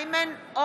מחייבים פה